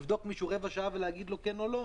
לבדוק מישהו רבע שעה ולהגיד לו כן או לא,